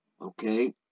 okay